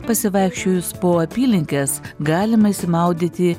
pasivaikščiojus po apylinkes galima išsimaudyti